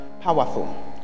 Powerful